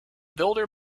builder